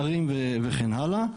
ערים וכן הלאה,